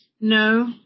No